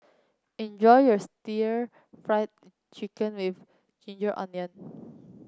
enjoy your stir Fry Chicken with ginger onion